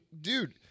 dude